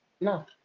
No